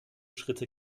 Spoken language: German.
schritte